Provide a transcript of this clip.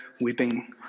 weeping